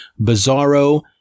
bizarro